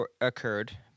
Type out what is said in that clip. occurred